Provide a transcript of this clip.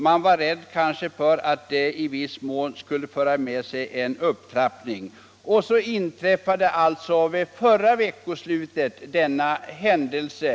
Man kanske var rädd för att det skulle kunna föra med sig en upptrappning. Så inträffade alltså förra veckoslutet denna händelse.